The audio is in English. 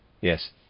Yes